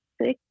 six